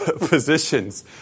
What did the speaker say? Positions